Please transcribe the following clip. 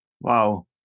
Wow